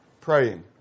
praying